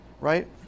right